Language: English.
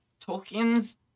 Tolkien's